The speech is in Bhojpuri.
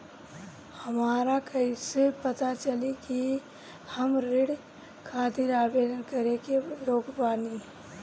हमरा कईसे पता चली कि हम ऋण खातिर आवेदन करे के योग्य बानी?